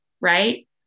right